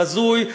זה בזוי,